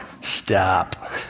Stop